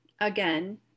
again